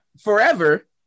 forever